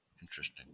Interesting